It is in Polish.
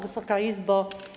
Wysoka Izbo!